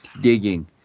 digging